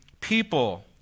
people